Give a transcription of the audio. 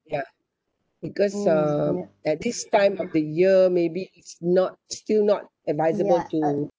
ya because um at this time of the year maybe it's not still not advisable to